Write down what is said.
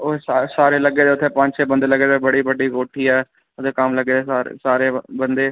ओह् सारे लग्गे दे पंज छे बंदे लग्गे दे बड़ी बड्डी कोठी ऐ ते कम्म लग्गे दे सारे बंदे